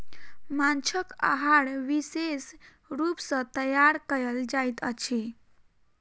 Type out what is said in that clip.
माँछक आहार विशेष रूप सॅ तैयार कयल जाइत अछि